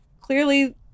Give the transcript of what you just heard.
clearly